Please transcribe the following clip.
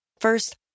First